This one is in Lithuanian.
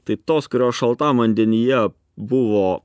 tai tos kurios šaltam vandenyje buvo